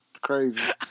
crazy